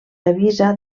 avisa